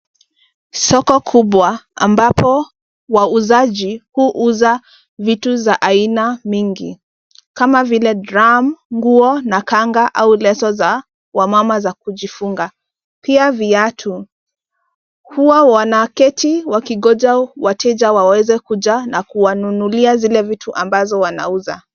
Soko kubwa ambapo wauzaji huuza vitu za aina mingi kama vile drum , nguo na kanga au leso za wamama za kujifunga pia viatu. Huwa wanaketi wakingoja wateja waweze kuja na kuwanunulia zile vitu ambazo wanauza.